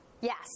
Yes